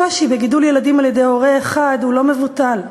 הקושי בגידול ילדים על-ידי הורה אחד הוא לא מבוטל,